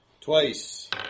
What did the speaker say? Twice